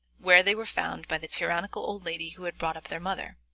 where they were found by the tyrannical lady who had brought up their mother.